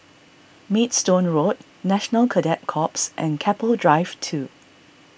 Maidstone Road National Cadet Corps and Keppel Drive two